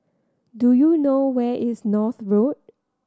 do you know where is North Road